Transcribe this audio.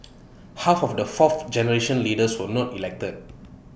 half of the fourth generation leaders were not elected